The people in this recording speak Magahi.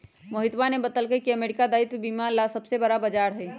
मोहितवा ने बतल कई की अमेरिका दायित्व बीमा ला सबसे बड़ा बाजार हई